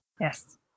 Yes